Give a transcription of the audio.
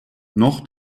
noch